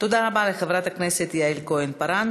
תודה רבה לחברת הכנסת יעל כהן-פארן.